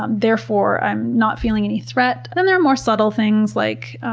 um therefore i'm not feeling any threat. then there are more subtle things like,